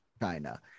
China